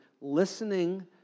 listening